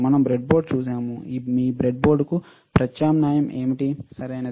మనం బ్రెడ్బోర్డ్ చూశాము ఈ మీ బ్రెడ్బోర్డ్ కు ప్రత్యామ్నాయం ఏమిటి సరియైనది